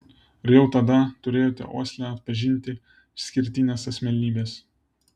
ar jau tada turėjote uoslę atpažinti išskirtines asmenybes